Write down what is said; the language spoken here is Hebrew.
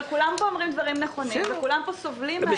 כולם פה אומרים דברים נכונים וכולם פה סובלים מהעיכובים,